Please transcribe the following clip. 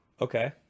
Okay